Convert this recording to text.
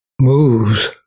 moves